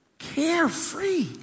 carefree